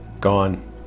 gone